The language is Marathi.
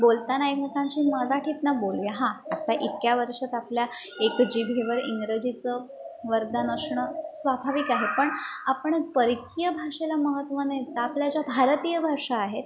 बोलताना एकमेकांशी मराठीतनं बोलूया हां आता इतक्या वर्षात आपल्या एक जीभेवर इंग्रजीचं वरदान असणं स्वाभाविक आहे पण आपण परकीय भाषेला महत्त्व नाही देता आपल्या ज्या भारतीय भाषा आहेत